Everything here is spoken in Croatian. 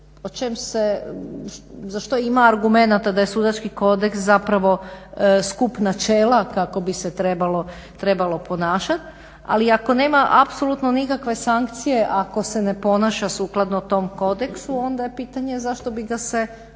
za što ima argumenata da je sudački kodeks zapravo skup načela kako bi se trebalo ponašati, ali ako nema apsolutno nikakve sankcije, ako se ne ponaša sukladno tom kodeksu onda je pitanje zašto bi ga se,